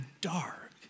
dark